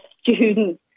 students